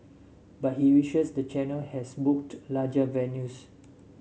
but he wishes the channel has booked larger venues